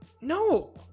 no